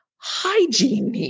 hygiene